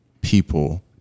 people